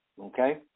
Okay